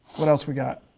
what else we got?